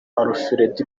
alfred